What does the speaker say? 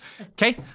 Okay